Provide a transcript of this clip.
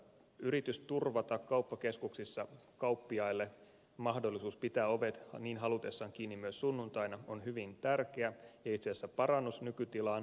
yritys turvata kauppakeskuksissa kauppiaille mahdollisuus pitää ovet niin halutessaan kiinni myös sunnuntaina on hyvin tärkeä ja itse asiassa parannus nykytilaan